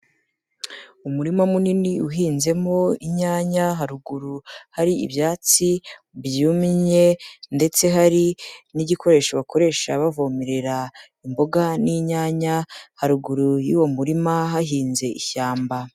Umurima munini uhinzemo inyanya haruguru hari ibyatsi byumye ndetse hari n'igikoresho bakoresha bavomerera imboga n'inyanya, haruguru y'uwo murima hahinze ishyamba.